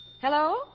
Hello